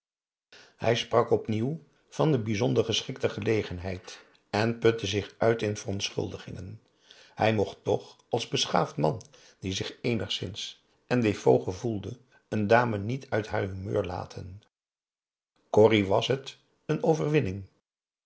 hij sprak opnieuw van de bijzonder geschikte gelep a daum hoe hij raad van indië werd onder ps maurits genheid en putte zich uit in verontschuldigingen hij mocht toch als beschaafd man die zich eenigszins en défaut gevoelde een dame niet uit haar humeur laten voor corrie was het een overwinning